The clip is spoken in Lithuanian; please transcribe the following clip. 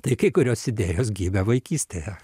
tai kai kurios idėjos gimė vaikystėje